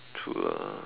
true lah